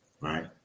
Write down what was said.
right